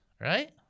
Right